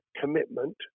commitment